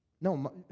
No